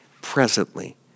presently